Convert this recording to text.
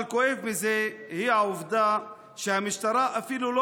אבל מה שכואב בזה הוא העובדה שהמשטרה אפילו לא